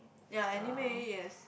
ya anime yes